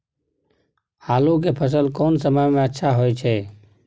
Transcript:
आलू के फसल कोन समय में अच्छा होय छै?